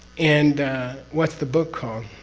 and what's the book called?